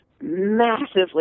massively